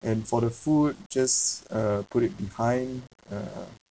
and for the food just uh put it behind uh